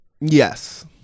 Yes